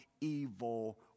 evil